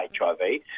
HIV